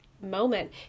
moment